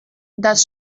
das